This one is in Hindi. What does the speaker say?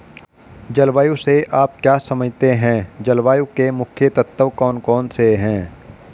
जलवायु से आप क्या समझते हैं जलवायु के मुख्य तत्व कौन कौन से हैं?